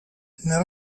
nel